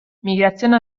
migrazione